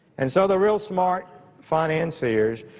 and so the real smart financeiers,